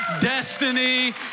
destiny